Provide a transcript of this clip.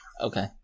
Okay